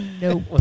nope